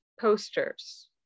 posters